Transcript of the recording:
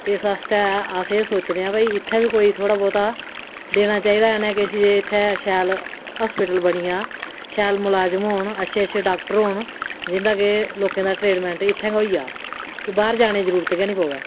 ते इस आस्तै अस एह् सोचने आं भाई इत्थै बी कोई थोह्ड़ा बहुता देना चाहिदा इत्थै किस शैल हास्पिटल बनी जाऽ शैल मलाजम होन अच्छे अच्छे डाक्टर होन जिं'दा के लोके दा ट्रीटमैंट इत्थै गै होई जाए ते बाह्र जाने दी जरूरत गै नेईं पवै